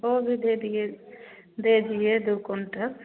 वह भी दे दिए दे दिए दो कुंटल